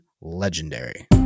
legendary